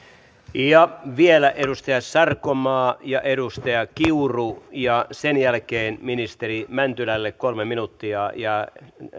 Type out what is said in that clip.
vielä edustaja sarkomaa ja edustaja kiuru ja sen jälkeen ministeri mäntylälle kolme minuuttia ja